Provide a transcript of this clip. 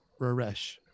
Raresh